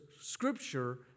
Scripture